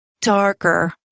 darker